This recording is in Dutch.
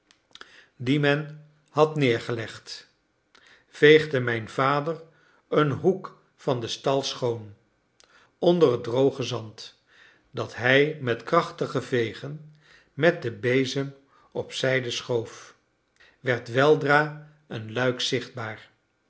die men had neergelegd veegde mijn vader een hoek van den stal schoon onder het droge zand dat hij met krachtige vegen met den bezem opzijde schoof werd weldra een luik zichtbaar